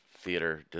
theater